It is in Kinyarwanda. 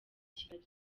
kigali